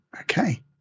okay